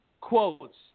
quotes